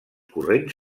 corrents